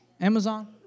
Amazon